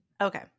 Okay